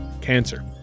Cancer